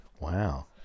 Wow